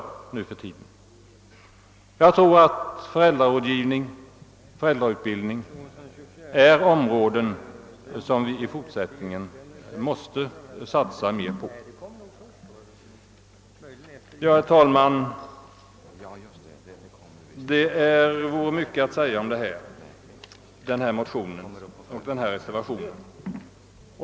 Jag tror att föräldrarådgivning och föräldrautbildning är områden som vi i fortsättningen måste satsa mer på. Herr talman! Det vore mycket att säga om motionerna och reservationerna.